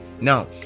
Now